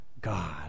God